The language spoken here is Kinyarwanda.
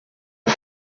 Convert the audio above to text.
ndi